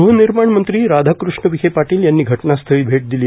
ग्हनिर्माण मंत्री राधाकृष्ण विखे पाटील यांनी घटनास्थळी भेट दिली